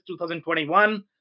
2021